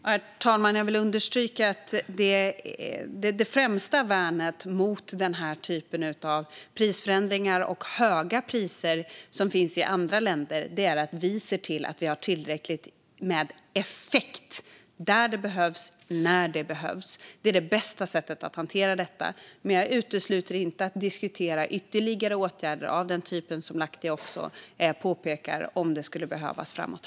Herr talman! Jag vill understryka att det främsta värnet mot denna typ av prisförändringar och höga priser som finns i andra länder är att vi ser till att vi har tillräckligt med effekt där det behövs och när det behövs. Det är det bästa sättet att hantera detta. Men jag utesluter inte att diskutera ytterligare åtgärder av den typ som Birger Lahti pekar på om det skulle behövas framöver.